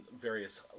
various